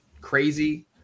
crazy